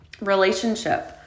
relationship